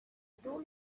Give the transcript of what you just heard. told